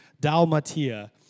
Dalmatia